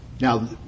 Now